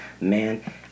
Man